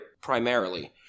primarily